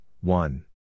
one